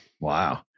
Wow